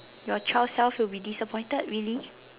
your child self will be disappointed really